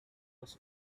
was